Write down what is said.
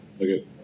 okay